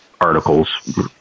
articles